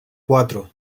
cuatro